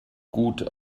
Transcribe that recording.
gut